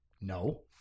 No